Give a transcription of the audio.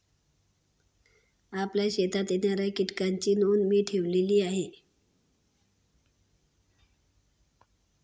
आपल्या शेतात येणाऱ्या कीटकांची नोंद मी ठेवली आहे